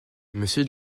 monsieur